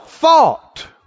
Thought